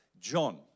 John